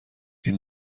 این